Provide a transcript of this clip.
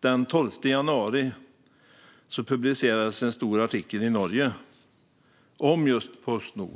Den 12 januari publicerades en stor artikel i Norge om just Postnord.